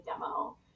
demo